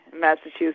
Massachusetts